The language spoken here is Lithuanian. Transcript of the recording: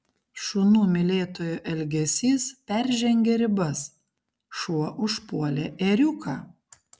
šunų mylėtojų elgesys peržengė ribas šuo užpuolė ėriuką